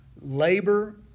labor